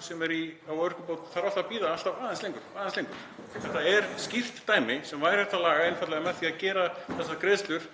sem er á örorkubótum þarf alltaf að bíða aðeins lengur. Þetta er skýrt dæmi sem væri hægt að laga einfaldlega með því að gera þessar greiðslur